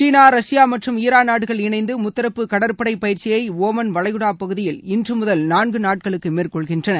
சீனா Russia மற்றும் Iran நாடுகள் இணைந்து முத்தரப்பு கடற்படை பயிற்சியை ஓமன் வளைகுடா பகுதியில் இன்று முதல் நான்கு நாட்களுக்கு மேற்கொள்கின்றன